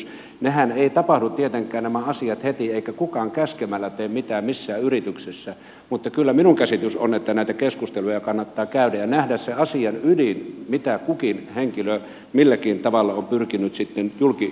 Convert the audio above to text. nämä asiathan eivät tapahdu tietenkään heti eikä kukaan käskemällä tee mitään missään yrityksessä mutta kyllä minun käsitykseni on että näitä keskusteluja kannattaa käydä ja nähdä se asian ydin mitä kukin henkilö milläkin tavalla on pyrkinyt sitten julki tuomaan